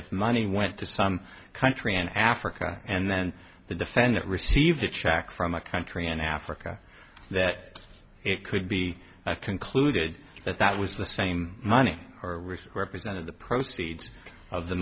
if money went to some country in africa and then the defendant received a check from a country in africa that it could be concluded that that was the same money or represented the proceeds of the